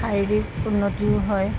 শাৰীৰিক উন্নতিও হয়